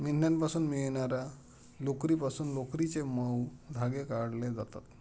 मेंढ्यांपासून मिळणार्या लोकरीपासून लोकरीचे मऊ धागे काढले जातात